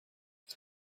ich